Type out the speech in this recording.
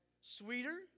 sweeter